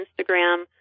Instagram